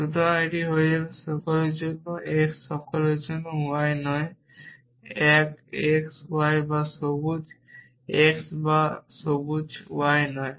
সুতরাং এটি হয়ে যাবে সকলের জন্য x সকলের জন্য y নয় এক x y বা সবুজ x বা সবুজ y নয়